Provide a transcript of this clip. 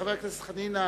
חבר הכנסת חנין,